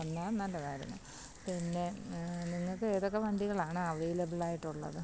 വന്നാൽ നല്ലതായിരുന്നു പിന്നെ നിങ്ങൾക്ക് ഏതൊക്കെ വണ്ടികളാണ് അവൈലബിൾ ആയിട്ടുള്ളത്